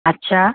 अच्छा